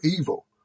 evil